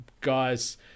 guys